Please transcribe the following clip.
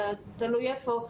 תלוי איפה,